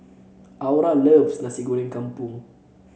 Aura loves Nasi Goreng Kampung